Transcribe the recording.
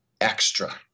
extra